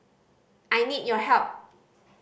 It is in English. I need your help